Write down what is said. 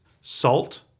salt